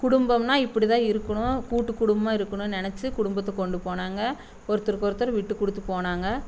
குடும்பம்னா இப்படி தான் இருக்கணும் கூட்டு குடும்பமாக இருக்கணும்ன்னு நினச்சி குடும்பத்தை கொண்டு போனாங்க ஒருத்தருக்கு ஒருத்தர் விட்டு கொடுத்து போனாங்க